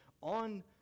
on